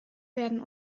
werden